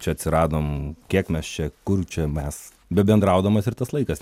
čia atsiradom kiek mes čia kur čia mes bebendraudamas ir tas laikas